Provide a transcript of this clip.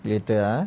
later ah